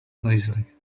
noisily